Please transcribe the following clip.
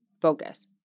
focus